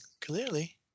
clearly